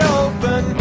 open